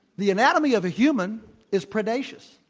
the anatomy of a human is predacious.